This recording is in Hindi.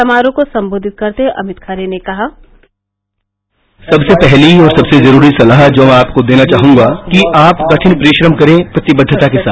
समारोह को संबोधित करते हुए अमित खरे ने कहा सबसे पहले और सबसे जरूरी सलाह आपको देना चाहूंगाकि आप कठिन परिश्रम करे प्रतिबद्वता के साथ